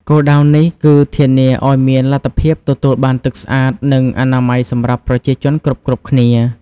គោលដៅនេះគឺធានាឱ្យមានលទ្ធភាពទទួលបានទឹកស្អាត និងអនាម័យសម្រាប់ប្រជាជនគ្រប់ៗគ្នា។